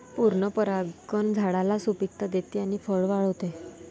पूर्ण परागकण झाडाला सुपिकता देते आणि फळे वाढवते